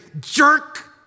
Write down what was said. jerk